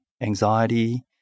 anxiety